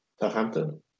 Southampton